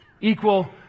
equal